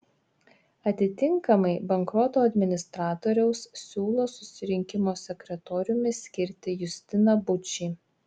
atitinkamai bankroto administratoriaus siūlo susirinkimo sekretoriumi skirti justiną bučį